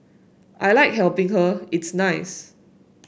I like helping her it's nice